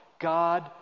God